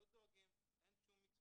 לא דואגים, אין שום מתווה.